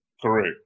Correct